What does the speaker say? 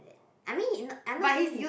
I mean I'm not saying he is